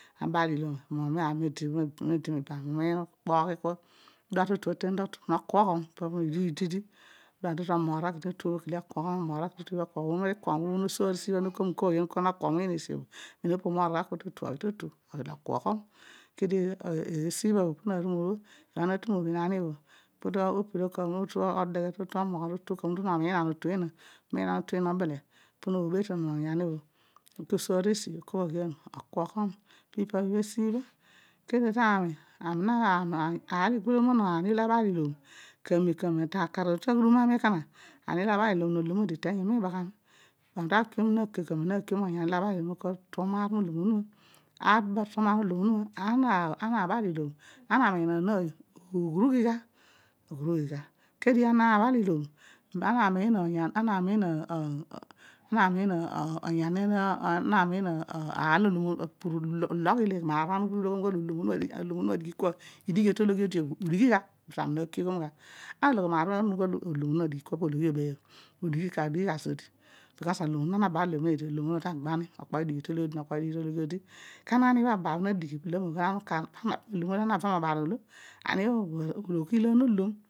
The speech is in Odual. Abal ilom amem obho ami odi nini ki ibam obho ami odi miban, ani umiin obho ukpoghiiy kua, no kughom, ipa pi bho ididi no ihughon nokughom ami ede toki totu obho kele okughon ede amem toki to pokele okughom, ibel amem ppo orol gha oghi totu oten otu okuoghom, teedio esi bho neru molo noru to tu oten otu okol, nohiinan otu eena ona ki dio to soor teesi kotu okuoghom kedio pami ani ole abal ilom kar akor aru la aghudum ekona, ani no olom iteenyio miibabaghami kamem kamem ami na kiom onyan olo abal ilom moterom maer mo olom onuma, ana na abal ilom, ana amiin onon ooy ughurughi gha ughurughi gha aha abal ilom ana logh elagh maar obho oghor olom onuma adighi pana ta dighi ani kua udighi gha maar olo olom onuma amogho po ologhi odi obeebh bkus ana abal ilom, olom onuma tu gbani mokpo olo idigh towughi odi nolo idigh io tolughi ameghe molo oghiilan olom